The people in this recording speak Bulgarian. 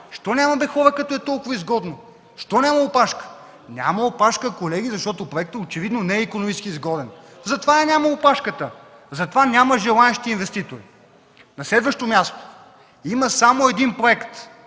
Защо няма бе, хора, като е толкова изгодно, защо няма опашка?! Няма опашка, колеги, защото проектът очевидно не е икономически изгоден, затова я няма опашката, затова няма желаещи инвеститори. На следващо място, има само един проект,